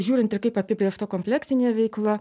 žiūrint ir kaip apibrėžta kompleksinė veikla